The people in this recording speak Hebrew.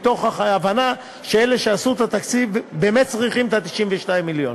מתוך הבנה שאלה שעשו את התקציב באמת צריכים את 92 המיליון,